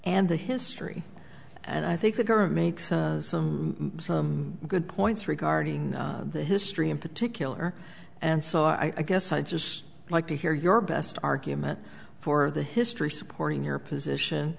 and the history and i think the government makes a good points regarding the history in particular and so i guess i'd just like to hear your best argument for the history supporting your position